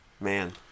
man